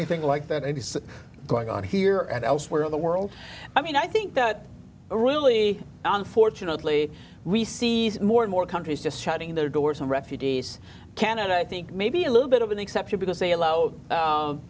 anything like that going on here and elsewhere in the world i mean i think that really unfortunately we see more and more countries just shutting their doors and refugees can and i think maybe a little bit of an exception because they allow